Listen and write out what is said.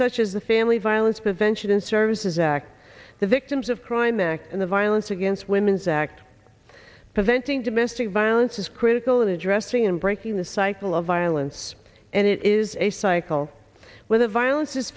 such as the family violence prevention services act the victims of crime act and the violence against women's act preventing domestic violence is critical in addressing and breaking the cycle of violence and it is a cycle where the violence is